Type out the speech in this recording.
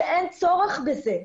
שאין צורך בזה.